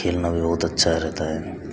खेलना भी बहुत अच्छा रहता है